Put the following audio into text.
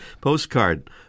postcard